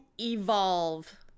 evolve